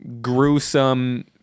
gruesome